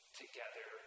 together